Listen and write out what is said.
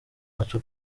wacu